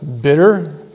bitter